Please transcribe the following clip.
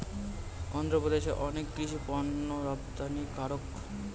অন্ধ্রপ্রদেশ অনেক কৃষি পণ্যের রপ্তানিকারক